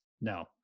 No